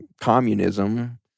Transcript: communism